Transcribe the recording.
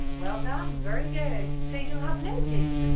well done, very good so you have noticed and